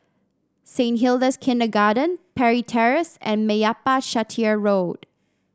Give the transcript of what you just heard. Saint Hilda's Kindergarten Parry Terrace and Meyappa Chettiar Road